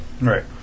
Right